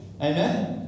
Amen